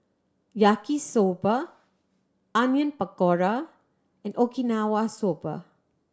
Yaki Soba Onion Pakora and Okinawa Soba